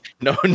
No